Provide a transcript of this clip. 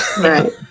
Right